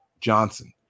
Johnson